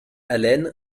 allen